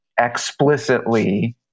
explicitly